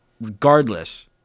regardless